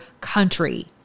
country